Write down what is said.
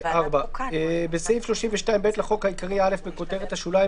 סעיף 32ב 2. בסעיף 32ב לחוק העיקרי (א)בכותרת השוליים,